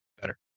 better